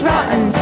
Rotten